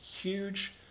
huge